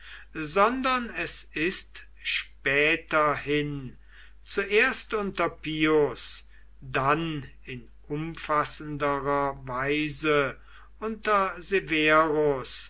sondern es ist späterhin zuerst unter pius dann in umfassenderer weise unter